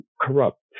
corrupt